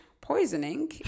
poisoning